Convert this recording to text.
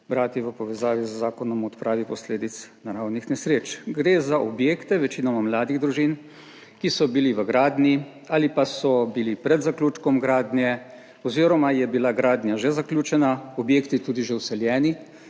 brati v povezavi z zakonom o odpravi posledic naravnih nesreč. Gre za objekte večinoma mladih družin, ki so bili v gradnji ali pa so bili pred zaključkom gradnje. Oziroma je bila gradnja že zaključena, objekti tudi že vseljeni.